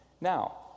Now